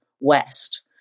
west